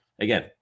again